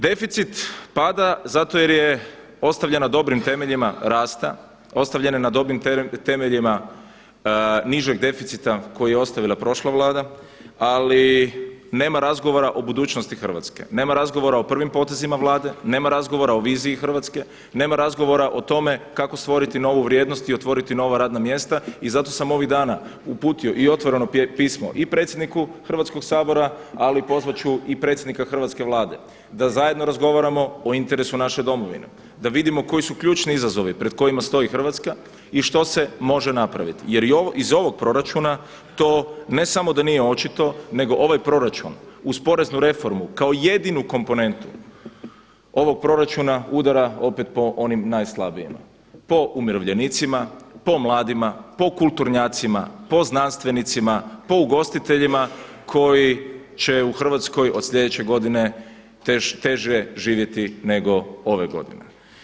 Deficit pada zato jer je ostavljen na dobrim temeljima rasta, ostavljen je na dobrim temeljima nižeg deficita koji je ostavila prošla Vlada, ali nema razgovora o budućnosti Hrvatske, nema razgovora o prvim potezima Vlade, nema razgovora o viziji Hrvatske, nema razgovora o tome kako stvoriti novu vrijednost i otvoriti nova radna mjesta i zato sam ovih dana uputio i otvoreno pismo i predsjedniku Hrvatskog sabora, ali pozvat ću i predsjednika hrvatske Vlade, da zajedno razgovora o interesu naše domovine, da vidimo koji su ključni izazovi pred kojima stoji Hrvatska i što se može napraviti jer iz ovog proračuna to ne samo da nije očito nego ovaj proračun uz poreznu reformu kao jedinu komponentu ovog proračuna udara opet po onim najslabijima, po umirovljenicima, po mladima, po kulturnjacima, po znanstvenicima, po ugostiteljima koji će u Hrvatskoj od sljedeće godine teže živjeti nego ove godine.